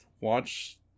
watch